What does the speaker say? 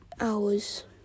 hours